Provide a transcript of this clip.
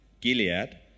Gilead